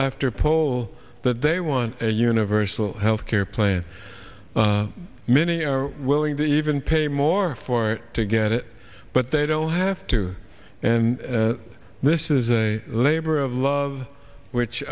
after poll that they want a universal health care plan many are willing to even pay more for to get it but they don't have to and this is a labor of love which